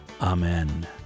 amen